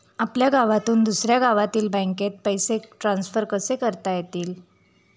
आपल्या गावातून दुसऱ्या गावातील बँकेत पैसे ट्रान्सफर कसे करता येतील?